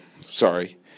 sorry